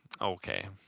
Okay